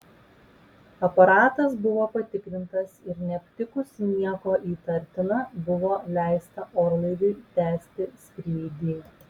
aparatas buvo patikrintas ir neaptikus nieko įtartina buvo leista orlaiviui tęsti skrydį